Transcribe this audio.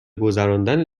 گذراندن